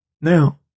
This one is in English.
Now